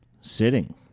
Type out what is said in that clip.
sitting